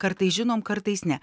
kartais žinom kartais ne